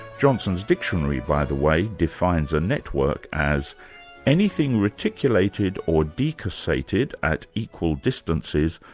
johnson's dictionary, by the way, defines a network as anything reticulated or decussated, at equal distances,